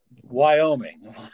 Wyoming